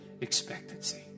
expectancy